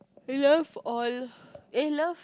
love all eh love